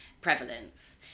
prevalence